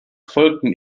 folgten